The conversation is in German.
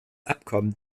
abkommen